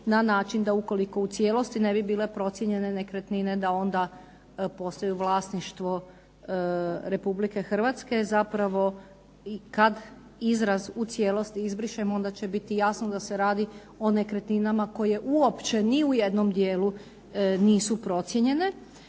na način da ukoliko u cijelosti ne bi bile procijenjene nekretnine da onda postaju vlasništvo RH. Zapravo i kad izraz u cijelosti izbrišemo onda će biti jasno da se radi o nekretninama koje uopće ni u jednom dijelu nisu procijenjene.